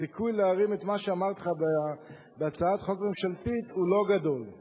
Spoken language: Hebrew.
הסיכוי להרים את מה שאמרתי לך בהצעת חוק ממשלתית הוא קטן,